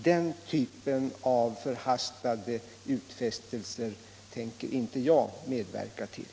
Den typen av förhastade utfästelser tänker inte jag medverka till.